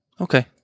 Okay